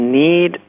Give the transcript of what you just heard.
need